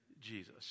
Jesus